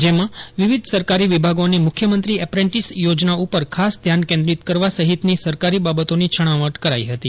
જેમાં વિવિધ સરકારી વિભાગોને મુખ્યમંત્રી એપ્રેન્ટીસ યોજના ઉપર ખાસ ધ્યાન કેન્જ્રીત કરવા સહિતની સરકારી બાબતોની છણાવટ કરાઈ હતી